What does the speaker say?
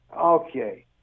okay